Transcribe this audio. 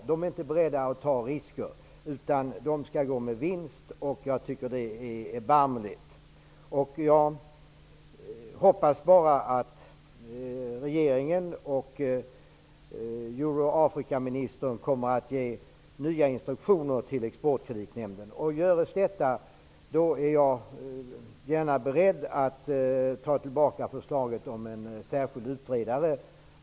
Nämnden är inte beredd att ta risker utan skall gå med vinst. Jag tycker att det är erbarmligt. Jag hoppas bara att regeringen och Euro--Afrikaministern kommer att ge nya instruktioner till Exportkreditnämnden. Om detta görs, är jag gärna beredd att ta tillbaka förslaget om en särskild utredare.